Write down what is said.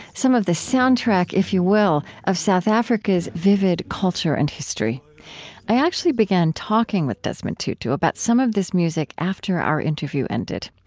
some of the soundtrack if you will of south africa's vivid culture and history i actually began talking with desmond tutu about some of this music after our interview ended.